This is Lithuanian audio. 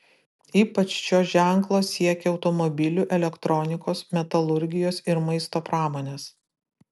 ypač šio ženklo siekia automobilių elektronikos metalurgijos ir maisto pramonės